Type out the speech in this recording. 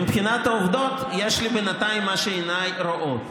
מבחינת העובדות, יש לי בינתיים מה שעיניי רואות.